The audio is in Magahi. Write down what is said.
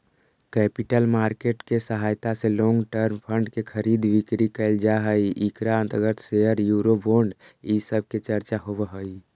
कैपिटल मार्केट के सहायता से लोंग टर्म फंड के खरीद बिक्री कैल जा हई इकरा अंतर्गत शेयर यूरो बोंड इ सब के चर्चा होवऽ हई